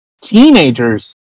teenagers